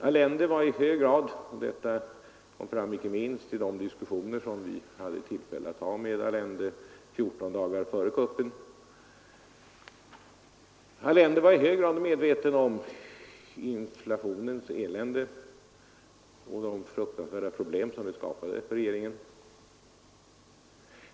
Allende var i hög grad — och detta kom fram inte minst i de diskussioner som vi hade tillfälle att föra med Allende 14 dagar före kuppen — medveten om inflationens elände och de fruktansvärda problem som den skapade för regeringen.